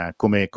come